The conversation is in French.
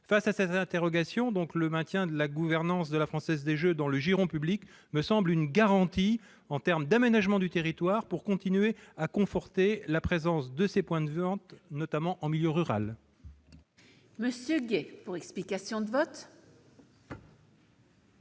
Face à ces interrogations, le maintien de la gouvernance de la Française des jeux dans le giron public me semble être une garantie en termes d'aménagement du territoire pour continuer à conforter la présence de ces points de vente, notamment en milieu rural. La parole est à M. Fabien Gay, pour explication de vote.